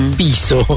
piso